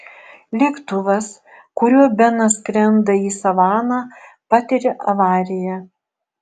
lėktuvas kuriuo benas skrenda į savaną patiria avariją